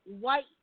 white